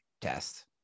test